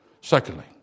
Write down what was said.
Secondly